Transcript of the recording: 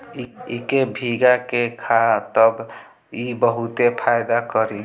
इके भीगा के खा तब इ बहुते फायदा करि